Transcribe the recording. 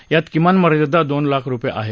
यात किमान मर्यादा दोन लाख रुपये आहे